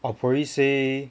I'll probably say